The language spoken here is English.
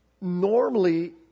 normally